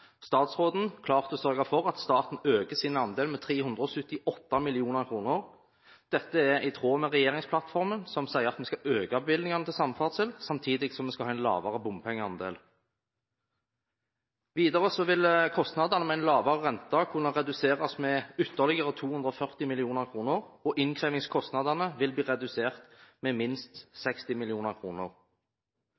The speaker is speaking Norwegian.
statsråden klart å sørge for at staten øker sin andel med 378 mill. kr. Dette er i tråd med regjeringsplattformen, som sier at vi skal øke bevilgningene til samferdsel, samtidig som vi skal ha en lavere bompengeandel. Videre vil kostnadene med en lavere rente kunne reduseres med ytterligere 240 mill. kr, og innkrevingskostnadene vil bli redusert med minst